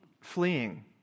fleeing